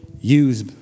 use